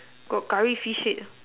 got Curry fish head